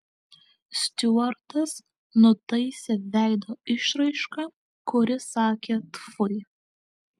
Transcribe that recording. stiuartas nutaisė veido išraišką kuri sakė tfui